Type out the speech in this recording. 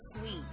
sweet